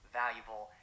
valuable